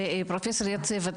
פרופ' יציב,